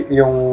yung